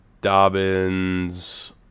Dobbins